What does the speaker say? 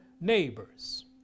neighbors